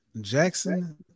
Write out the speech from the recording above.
jackson